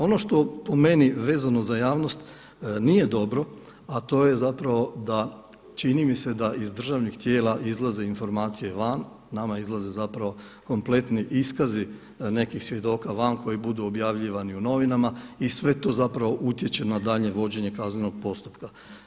Ono što po meni vezano za javnost nije dobro a to je zapravo da, čini mi se da iz državnih tijela izlaze informacije van, nama izlaze zapravo kompletni iskazi nekih svjedoka van koji budu objavljivani u novinama i sve to zapravo utječe na daljnje vođenje kaznenog postupka.